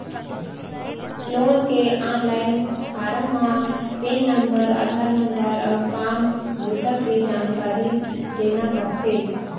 loan के online form म PAN number, Aadhaar number अउ काम बूता के जानकारी देना परथे